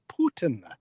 Putin